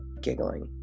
giggling